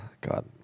God